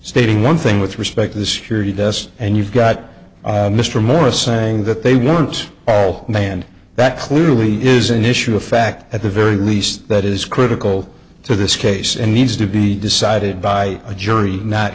stating one thing with respect to the security desk and you've got mr morris saying that they want all mand that clearly is an issue of fact at the very least that is critical to this case and needs to be decided by a jury not